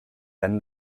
then